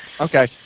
Okay